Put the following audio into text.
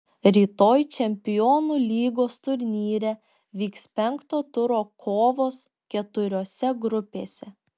rytoj čempionų lygos turnyre vyks penkto turo kovos keturiose grupėse